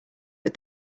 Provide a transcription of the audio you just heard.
but